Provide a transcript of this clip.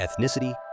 ethnicity